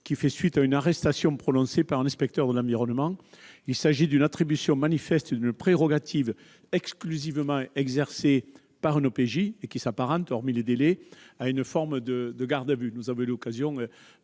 qui ferait suite à une arrestation prononcée par un inspecteur de l'environnement. Il s'agit d'une attribution manifeste d'une prérogative exclusivement exercée par un OPJ, et qui s'apparente, hormis les délais, à une forme de garde à vue. En cohérence